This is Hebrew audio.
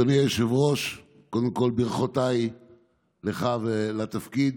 אדוני היושב-ראש, קודם כול, ברכותיי לך על תפקיד,